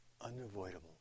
unavoidable